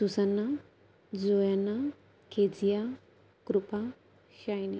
Susanna Joanna Kezia Krupa shiny